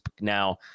Now